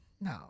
No